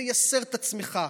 תייסר את עצמך,